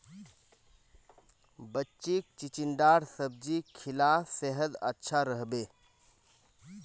बच्चीक चिचिण्डार सब्जी खिला सेहद अच्छा रह बे